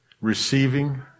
receiving